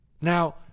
Now